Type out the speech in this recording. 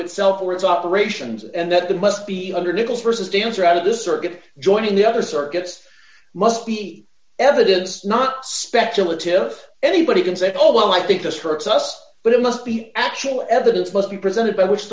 itself or its operations and that that must be under nichols versus dancer out of the circuit joining the other circuits must be evidence not speculative anybody can say oh well i think this hurts us but it must be actual evidence must be presented by which